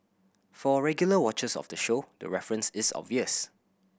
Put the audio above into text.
for regular watchers of the show the reference is obvious